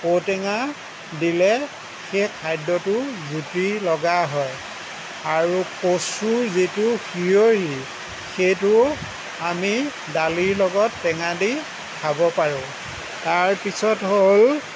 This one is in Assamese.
ঔটেঙা দিলে সেই খাদ্যটো জুতি লগা হয় আৰু কচুৰ যিটো সিয়ৰি সেইটো আমি দালিৰ লগত টেঙা দি খাব পাৰোঁ তাৰ পিছত হ'ল